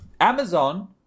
Amazon